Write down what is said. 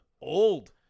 old